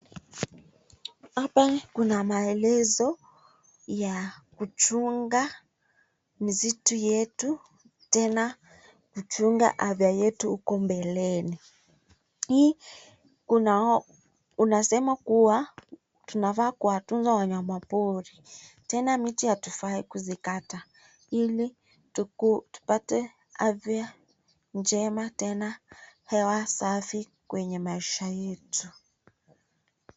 Hapa kuna maelezo ya kuchunga misitu yetu tena kuchunga afya yetu huko mbeleni. Hii kuna unasema kuwa tunafaa kuwatunza wanyama pori. Tena miti hatufai kuzikata ili tupate afya njema tena hewa safi kwenye maisha yetu.